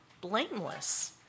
blameless